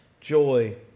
Joy